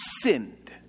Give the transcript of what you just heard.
sinned